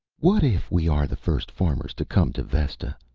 what if we are the first farmers to come to vesta.